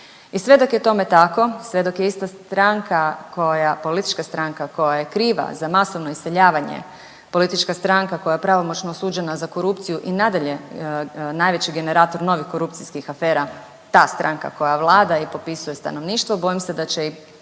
sve dok je tome tako, sve dok je ista stranka koja, politička stranka koja je kriva za masovno iseljavanje, politička stranka koja je pravomoćno osuđena za korupciju i nadalje najveći generator novih korupcijskih afera ta stranka koja vlada i popisuje stanovništvo bojim se da će i